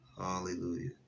Hallelujah